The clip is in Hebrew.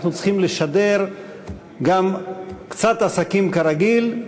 אנחנו צריכים לשדר גם קצת "עסקים כרגיל",